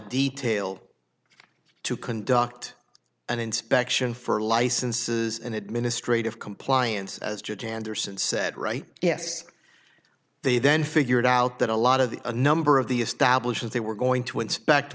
detail to conduct an inspection for licenses and administrative compliance as judge anderson said right yes they then figured out that a lot of the a number of the establishment they were going to inspect